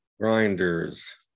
Grinders